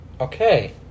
Okay